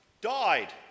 died